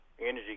energy